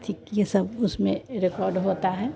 कि यह सब उसमें रेकॉर्ड होता है